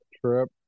trip